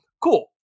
cool